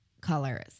colors